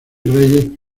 reyes